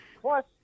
Plus